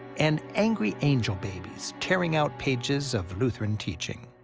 and angry angel babies tearing out pages of lutheran teaching.